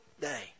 day